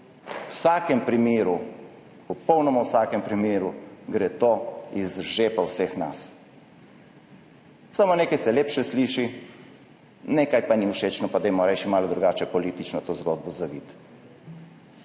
V vsakem primeru, popolnoma v vsakem primeru gre to iz žepa vseh nas. Samo nekaj se lepše sliši, nekaj pa ni všečno, pa dajmo rajši malo drugače politično to zgodbo zaviti.